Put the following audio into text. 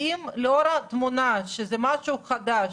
לאור התמונה שזה משהו חדש,